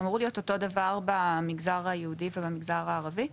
אמור להיות אותו הדבר במגזר היהודי ובמגזר הערבי?